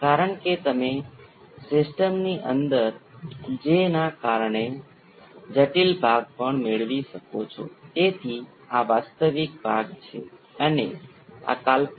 અને તે જ રીતે R બરાબર અનંત અહીં Q બરાબર અનંત બનાવશે જે શ્રેષ્ઠ ગુણવત્તા દર્શાવે છે